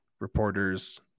reporters